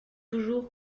toujours